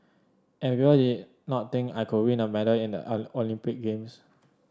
and people not think I could win a medal in the Olympic games